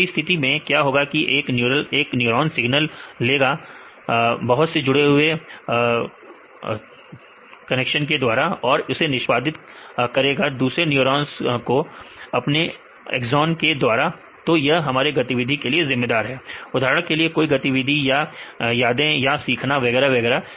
इस स्थिति में क्या होगा हर एक न्यूरॉन सिग्नल लेगा बहुत से जुड़े हुए निराश के द्वारा और उसे निष्पादित करेगा दूसरे न्यूरॉन्स को अपने एग्जाम के द्वारा तो यह हमारे गतिविधि के लिए जिम्मेदार है उदाहरण के लिए कोई गतिविधि या यादें या सीखना वगैरा वगैरा